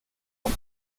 ans